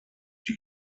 die